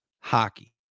hockey